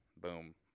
boom